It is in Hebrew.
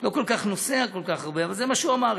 לא נוסע כל כך הרבה, אבל זה מה שהוא אמר.